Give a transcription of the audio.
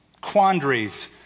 Quandaries